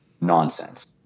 nonsense